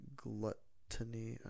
gluttony